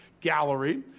Gallery